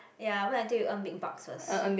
ya wait until you earn big bucks first